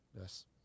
Yes